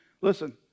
listen